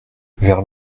vers